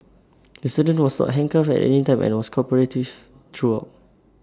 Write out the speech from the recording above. the student was handcuffed at any time and was cooperative throughout